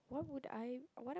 what would I what am I